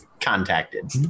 contacted